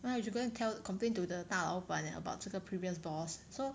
!huh! you should go and tell complain to the 大老板 about 这个 previous boss so